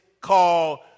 called